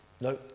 No